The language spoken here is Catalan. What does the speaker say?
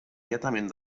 immediatament